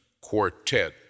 quartet